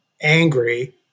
angry